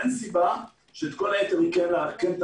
אין סיבה שאת כל היתר היא כן תעשה,